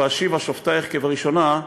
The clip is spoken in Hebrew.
"ואשיבה שֹפטיִך כבראשנה",